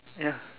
ya